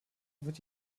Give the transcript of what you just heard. wird